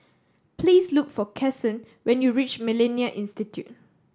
please look for Cason when you reach Millennia Institute